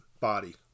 body